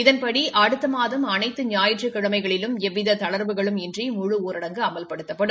இதன்படி அடுத்த மாதம் அனைத்து ஞாயிற்றுக் கிழமைகளிலும் எவ்வித தளா்வுகளும் இன்றி முழு ஊரடங்கு அமல்படுத்தப்படும்